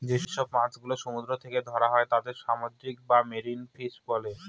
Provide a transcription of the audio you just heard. যেসব মাছ গুলো সমুদ্র থেকে ধরা হয় তাদের সামুদ্রিক বা মেরিন ফিশ বলে